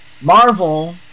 Marvel